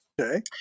Okay